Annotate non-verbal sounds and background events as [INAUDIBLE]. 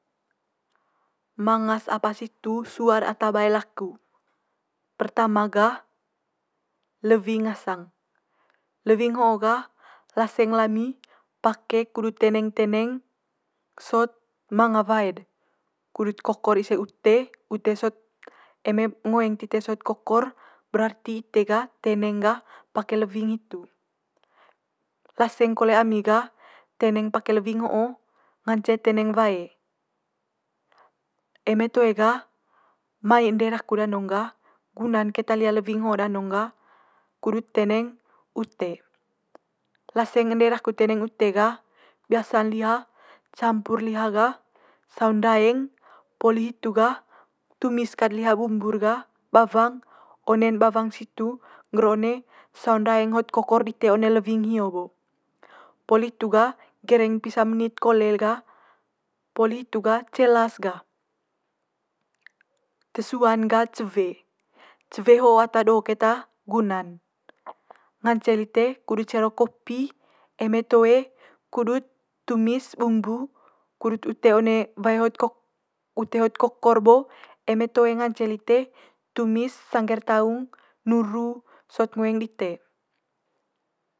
Manga's apa situ sua'r ata bae laku, pertama gah lewing ngasang. Lewing ho'o gah laseng lami pake kudut teneng teneng sot manga wae't de kudut kokor ise ute, ute sot eme ngoeng tite sot kokor berarti ite gah teneng gah pake lewing hitu. Laseng kole ami gah teneng pake lewing ho'o ngance teneng wae, eme toe gah mai ende daku danong gah guna'n keta liha lewing ho danong gah kudut teneng ute. Laseng ende daku teneng ute gah biasa'n liha campur liha gah saung ndaeng poli hitu gah tumis kat liha bumbu'r gah bawang one'n bawang situ ngger one saung ndaeng hot kokor dite one lewing hio bo. Poli hitu gah gereng pisa menit kole gah, poli hitu gah cela's gah. Te suan gah cewe, cewe ho ata do keta guna'n, ngance lite kudu cero kopi eme toe kudut tumis bumbu kudut ute one wae hot [UNINTELLIGIBLE] ute hot kokor bo eme toe ngance lite tumis sangge'r taung nuru sot ngoeng dite